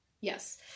Yes